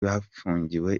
bafungiwe